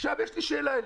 יש לי שאלה אליך: